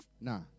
Nah